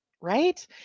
right